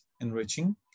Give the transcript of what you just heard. enriching